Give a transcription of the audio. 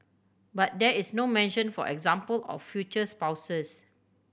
but there is no mention for example of future spouses